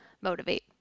motivate